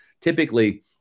typically